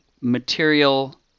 material